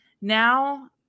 now